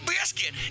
Biscuit